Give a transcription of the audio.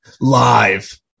live